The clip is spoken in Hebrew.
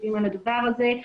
מקפידים על הדבר הזה.